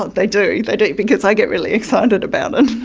they do they do because i get really excited about it.